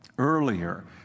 earlier